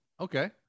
Okay